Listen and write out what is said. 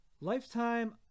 Lifetime